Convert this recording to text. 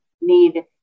need